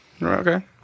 okay